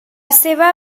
seva